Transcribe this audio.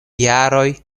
jaroj